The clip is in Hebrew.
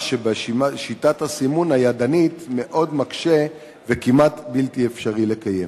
מה שבשיטת הסימון הידנית מאוד מקשה וכמעט בלתי אפשרי לקיים,